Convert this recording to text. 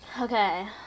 Okay